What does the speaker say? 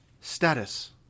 Status